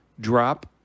drop